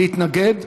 להתנגד,